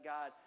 God